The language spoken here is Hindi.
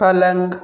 पलंग